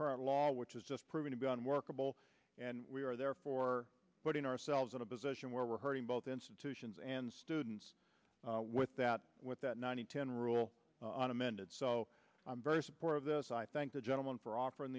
current law which is just proving to be unworkable and we are therefore putting ourselves in a position where we're hurting both institutions and students with that with that ninety ten rule on amended so i'm very supportive of this i thank the gentleman for offering